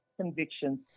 convictions